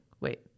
Wait